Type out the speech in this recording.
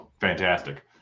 fantastic